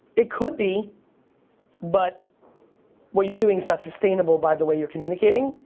it could be but what you're doing's not sustainable by the way you're communicating.